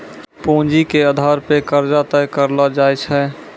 पूंजी के आधार पे कर्जा तय करलो जाय छै